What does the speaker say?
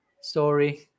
sorry